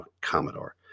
Commodore